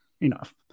enough